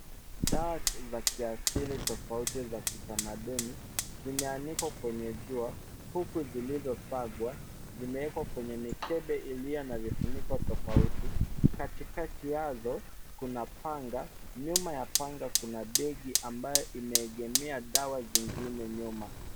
Dawa za kiasili tofauti za kitamaduni zimeanikwa kwenye jua, huku zilizosagwa, zimewekwa kwenye mikebe iliyo na vifuniko tofauti. Katikati yazo, kuna panga, nyuma ya panga kuna begi ambayo imeegemea dawa zingine nyuma.